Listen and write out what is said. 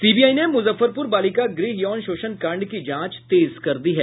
CBI ने मूजफ्फरपूर बालिका गृह यौन शोषण कांड की जांच तेज कर दी है